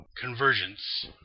Convergence